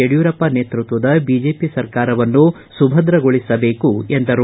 ಯಡಿಯೂರಪ್ಪ ನೇತೃತ್ವದ ಬಿಜೆಪಿ ಸರ್ಕಾರವನ್ನು ಸುಭದ್ರಗೊಳಿಸಬೇಕು ಎಂದರು